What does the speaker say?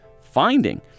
finding